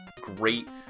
great